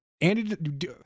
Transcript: Andy